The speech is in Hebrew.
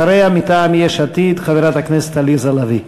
אחריה, מטעם יש עתיד, חברת הכנסת עליזה לביא.